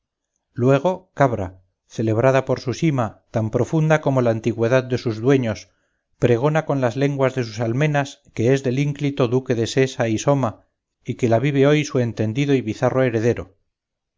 luego cabra celebrada por su sima tan profunda como la antigüedad de sus dueños pregona con las lenguas de sus almenas que es del ínclito duque de sesa y soma y que la vive hoy su entendido y bizarro heredero